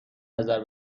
نظر